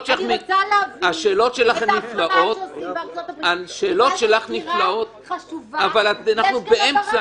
אני רוצה להבין את ה --- השאלות שלך נפלאות אבל אנחנו באמצע.